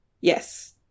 Yes